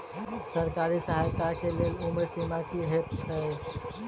सरकारी सहायता केँ लेल उम्र सीमा की हएत छई?